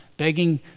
begging